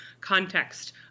context